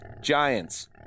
Giants